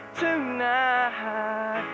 tonight